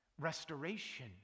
restoration